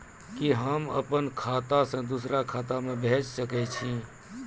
कि होम आप खाता सं दूसर खाता मे भेज सकै छी?